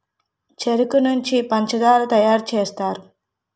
చెరుకు నుంచే పంచదార తయారు సేస్తారు